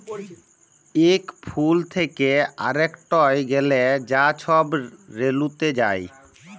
ইক ফুল থ্যাকে আরেকটয় গ্যালে যা ছব রেলুতে যায়